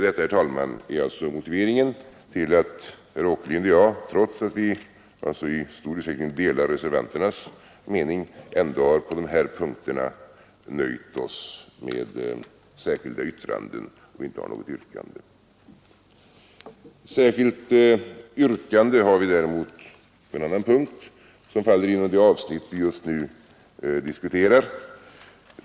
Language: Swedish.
Detta, herr talman, är alltså motiveringen till att herr Åkerlind och jag, trots att vi i stor utsträckning delar reservanternas mening, på de här punkterna har nöjt oss med ett särskilt yttrande och inte har något yrkande. Särskilt yrkande har vi däremot på en annan punkt inom det avsnitt som just nu diskuteras.